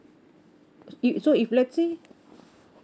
if so if let's say